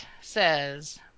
says